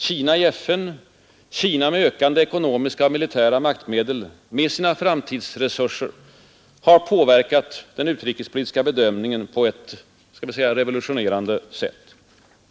Kina i FN, Kina med ökande ekonomiska och militära maktmedel, med sina framtidsresurser, har påverkat den utrikespolitiska bedömningen på ett revolutionerande sätt.